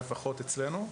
לפחות אצלנו,